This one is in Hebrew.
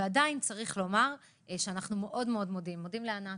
ועדיין צריך לומר שאנחנו מאוד מאוד מודים לענת,